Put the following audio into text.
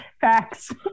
facts